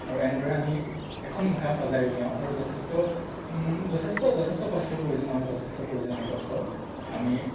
আৰু এনেদৰে আমি এখন মুখা সজাই উলিয়াওঁ আৰু যথেষ্ট যথেষ্ট যথেষ্ট কষ্টৰ প্ৰয়োজন হয় যথেষ্ট প্ৰয়োজন হয় কষ্টৰ আমি